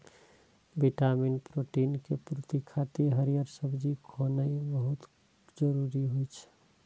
vitamin, protein के पूर्ति खातिर हरियर सब्जी खेनाय बहुत जरूरी होइ छै